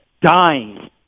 dying